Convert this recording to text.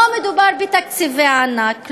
לא מדובר בתקציבי ענק,